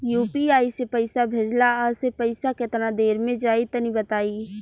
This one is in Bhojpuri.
यू.पी.आई से पईसा भेजलाऽ से पईसा केतना देर मे जाई तनि बताई?